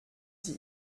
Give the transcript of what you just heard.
die